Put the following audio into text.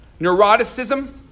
neuroticism